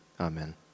amen